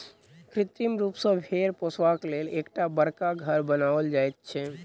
कृत्रिम रूप सॅ भेंड़ पोसबाक लेल एकटा बड़का घर बनाओल जाइत छै